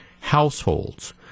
households